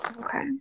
Okay